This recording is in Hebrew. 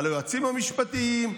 על היועצים המשפטיים,